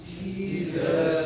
Jesus